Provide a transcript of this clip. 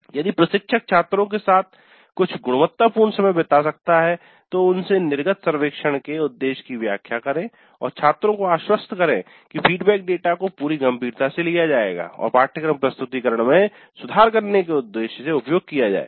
यदि प्रशिक्षक छात्रों के साथ कुछ गुणवत्तापूर्ण समय बिता सकता है तो उनसे निर्गत सर्वेक्षण के उद्देश्य की व्याख्या करे और छात्रों को आश्वस्त करे कि फीडबैक डेटा को पूरी गंभीरता से लिया जाएगा और पाठ्यक्रम प्रस्तुतिकरण में सुधार करने के उद्देश्य से उपयोग किया जाएगा